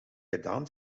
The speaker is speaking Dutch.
gedaan